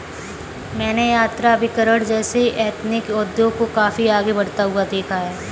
मैंने यात्राभिकरण जैसे एथनिक उद्योग को काफी आगे बढ़ता हुआ देखा है